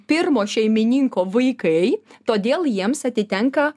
pirmo šeimininko vaikai todėl jiems atitenka